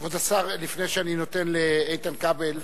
כבוד השר, לפני שאני נותן לאיתן כבל,